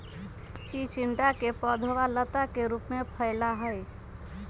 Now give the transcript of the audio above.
चिचिंडा के पौधवा लता के रूप में फैला हई